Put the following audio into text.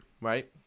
right